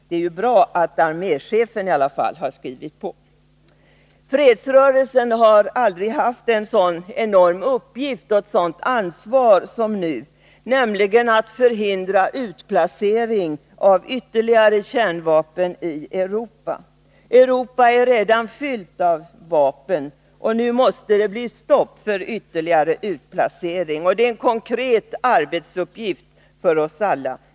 Det är bra att arméchefen i alla fall har skrivit under. Fredsrörelsen har aldrig haft en så enorm uppgift och ett sådant ansvar som nu, nämligen att förhindra utplacering av ytterligare kärnvapen i Europa. Europa är redan fyllt av vapen. Nu måste det bli stopp för ytterligare utplacering. Det är en konkret arbetsuppgift för oss alla.